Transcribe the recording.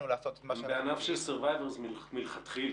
או שמגיע בעצלתיים ובצורה מאוד חלקית.